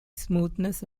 smoothness